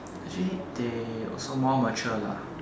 actually they also more mature lah